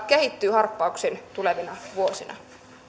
kehittyy harppauksin tulevina vuosina